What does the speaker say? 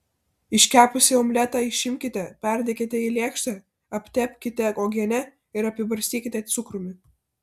iškepusį omletą išimkite perdėkite į lėkštę aptepkite uogiene ir apibarstykite cukrumi